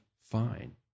fine